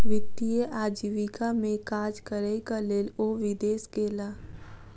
वित्तीय आजीविका में काज करैक लेल ओ विदेश गेला